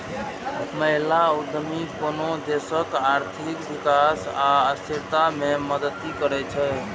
महिला उद्यमी कोनो देशक आर्थिक विकास आ स्थिरता मे मदति करै छै